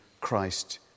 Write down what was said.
Christ